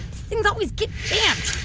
things always get jammed.